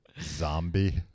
Zombie